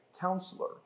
counselor